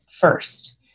first